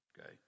Okay